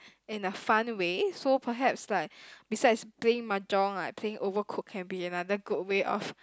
in a fun way so perhaps like besides playing mahjong like playing overcook can be another good way of